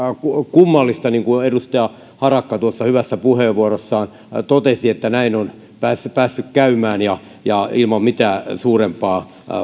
kummallista niin kuin edustaja harakka tuossa hyvässä puheenvuorossaan totesi että näin on päässyt käymään ja ja ilman mitään suurempaa